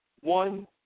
One